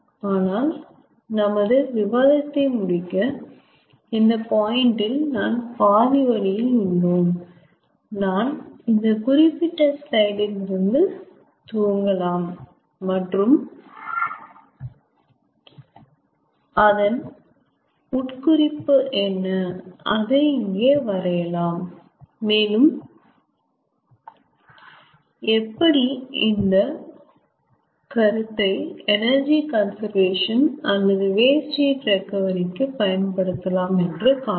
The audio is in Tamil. ஆனால் நமது விவாதத்தை முடிக்க இந்த பாயிண்ட் இல் நான் பாதிவழியில் உள்ளோம் நான் இந்த குறிப்பிட்ட ஸ்லைடு இல் இருந்து துவங்கலாம் மற்றும் அதன் உட்குறிப்பு என்ன அது இங்கே வரையலாம் மேலும் மீண்டும் எப்படி இந்த கருத்தை எனர்ஜி கன்சர்வேஷன் அல்லது வேஸ்ட் ஹீட் ரெகவரி கு பயன்படுத்தலாம் என்று காண்போம்